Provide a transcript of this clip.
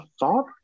thought